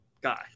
guy